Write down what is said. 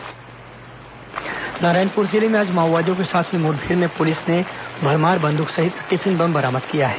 माओवादी घटना नारायणपुर जिले में आज माओवादियों के साथ हुई मुठभेड़ में पुलिस ने भरमार बंदूक सहित टिफिन बम बरामद किया है